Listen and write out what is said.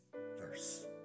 verse